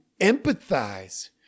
empathize